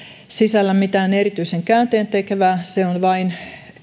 sisällä mitään erityisen käänteentekevää se on vain